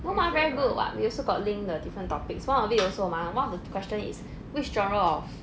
no mah very good [what] we also got link the different topics [one] of it also mah one of the question is which genre of